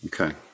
Okay